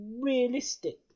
realistic